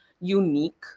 unique